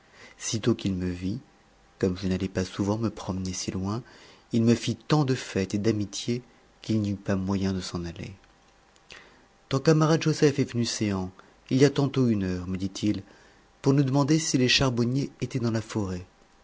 sitôt qu'il me vit comme je n'allais pas souvent me promener si loin il me fit tant de fête et d'amitié qu'il n'y eût pas moyen de s'en aller ton camarade joseph est venu céans il y a tantôt une heure me dit-il pour nous demander si les charbonniers étaient dans la forêt